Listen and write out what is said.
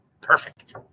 perfect